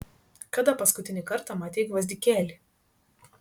kada paskutinį kartą matei gvazdikėlį